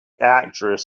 actress